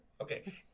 Okay